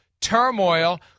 turmoil